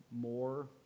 more